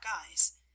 eyes